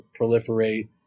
Proliferate